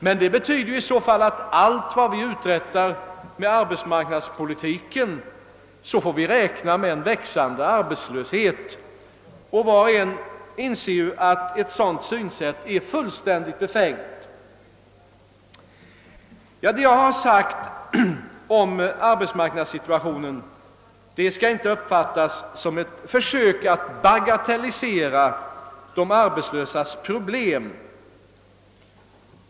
Men det betyder i så fall att ju mer vi uträttar med arbetsmarknadspolitiken, desto fler »arbetslösa» får vi. Var och en inser ju att ett sådant synsätt är fullständigt befängt. Det jag har sagt om arbetsmarknadssituationen skall inte uppfattas som ett försök att bagatellisera de arbetslösas problem.